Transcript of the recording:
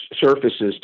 surfaces